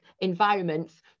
environments